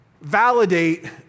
validate